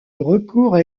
recourt